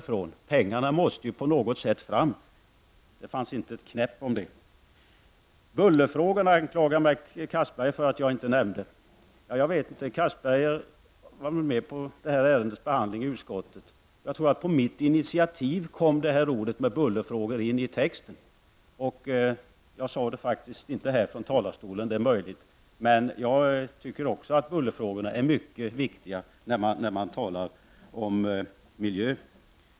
Pengarna måste på något sätt fram. Det hördes inte ett knäpp om det. Bullerfrågorna anklagar Anders Castberger mig för att inte nämna. Castberger var med vid ärendets behandling i utskottet, och jag tror att det var på mitt initiativ som avsnittet om buller kom in i texten. Det är möjligt att jag inte talade om det här från talarstolen, men jag tycker också att bullerfrågorna är mycket viktiga när man talar om miljön.